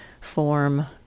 form